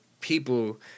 people